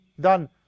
done